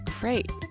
great